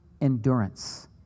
endurance